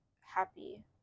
happy